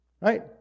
Right